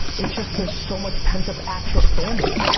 it's just, there's so much pent up actual fandom.